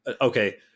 Okay